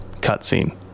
cutscene